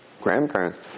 grandparents